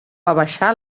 abaixar